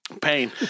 Pain